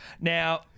Now